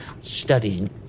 studying